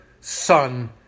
Son